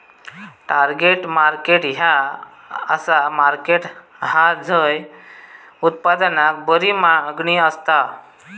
target market ह्या असा market हा झय उत्पादनाक बरी मागणी असता